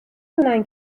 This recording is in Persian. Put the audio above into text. دونن